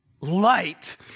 light